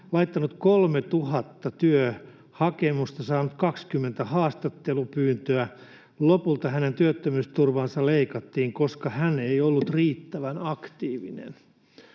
laittanut 3 000 työhakemusta, saanut 20 haastattelupyyntöä. Lopulta hänen työttömyysturvaansa leikattiin, koska hän ei ollut riittävän aktiivinen.